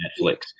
Netflix